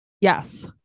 yes